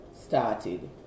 started